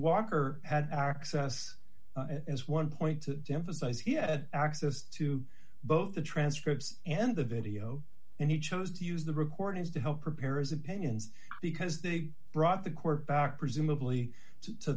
walker had access as one point to him for size he had access to both the transcripts and the video and he chose to use the recordings to help preparers opinions because they brought the court back presumably